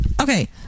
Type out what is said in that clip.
Okay